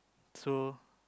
so